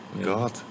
God